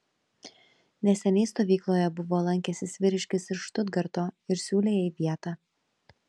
neseniai stovykloje buvo lankęsis vyriškis iš štutgarto ir siūlė jai vietą